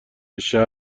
شهر